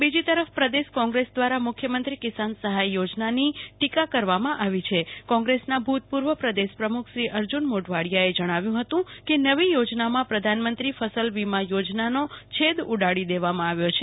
બીજી તરફ કોંગ્રેસ દ્રારા મુખ્યમંત્રી કિસાન સહાય યોજનાની ટીકા કરવામાં આવી છે કોંગ્રેસના ભુ તપુર્વ પ્રદેશ પ્રમુખશ્રી અર્જુ ન મોઢવાક્રીએ જણાવ્યુ હતું કે નવી યોજનામાં પ્રધાનમંત્રી ફસલ વીમા યોજનાનો છેદ ઉડાવી દેવામાં આવ્યો છે